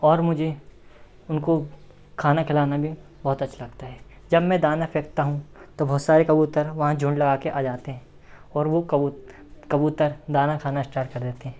और मुझे उनको खाना खिलाना भी बहुत अच्छा लगता है जब मैं दाना फेकता हूँ तो बहुत सारे कबूतर वहाँ झुंड लगा के आ जाते हैं और वो कबू कबूतर दाना खाना स्टार्ट कर देते हैं